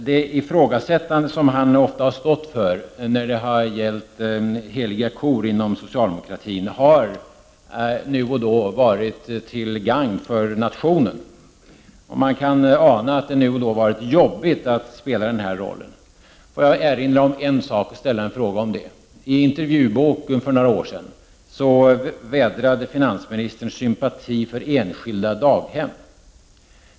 Det ifrågasättande som Kjell Olof Feldt så ofta har stått för när det gällt heliga kor inom socialdemokratin har nu och då varit till gagn för nationen. Man kan ana att det nu och då har varit jobbigt att spela den rollen. Får jag bara erinra om en sak och ställa en fråga. I intervjuboken för några år sedan vädrade finansministern sympatier för enskilda daghem.